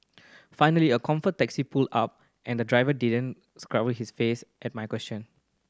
finally a comfort taxi pulled up and the driver didn't his face at my question